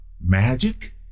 magic